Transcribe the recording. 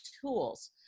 tools